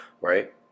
Right